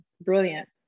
Brilliant